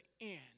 end